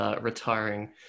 Retiring